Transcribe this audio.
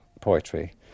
poetry